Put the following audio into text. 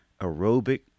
aerobic